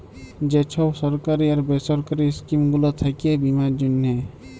যে ছব সরকারি আর বেসরকারি ইস্কিম গুলা থ্যাকে বীমার জ্যনহে